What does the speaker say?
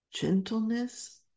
gentleness